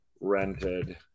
rented